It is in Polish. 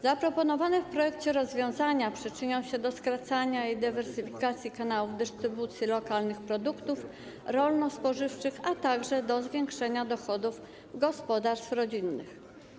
Zaproponowane w projekcie rozwiązania przyczynią się do skracania i dywersyfikacji kanałów dystrybucji lokalnych produktów rolno-spożywczych, a także do zwiększenia dochodów gospodarstw rodzinnych.